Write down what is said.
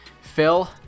Phil